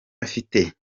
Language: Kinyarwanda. afite